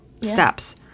steps